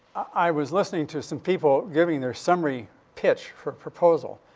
i was listening to some people giving their summary pitch for proposal.